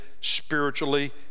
spiritually